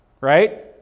right